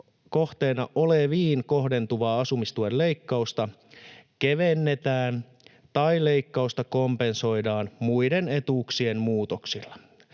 kohteena oleviin kohdentuvaa asumistuen leikkausta kevennetään tai leikkausta kompensoidaan muiden etuuksien muutoksilla.